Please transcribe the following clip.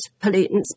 pollutants